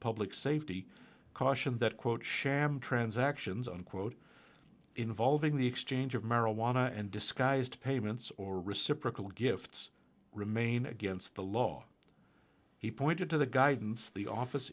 public safety cautioned that quote sham transactions unquote involving the exchange of marijuana and disguised payments or reciprocal gifts remain against the law he pointed to the guidance the office